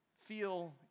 Feel